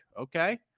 Okay